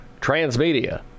Transmedia